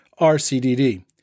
RCDD